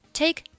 take